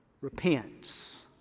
repents